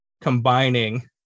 combining